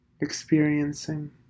experiencing